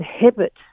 inhibit